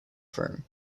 firm